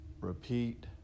repeat